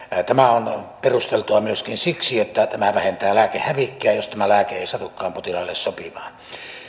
tämä on perusteltua myöskin siksi että tämä vähentää lääkehävikkiä jos tämä lääke ei satukaan potilaalle sopimaan